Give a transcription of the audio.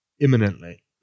imminently